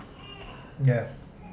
ya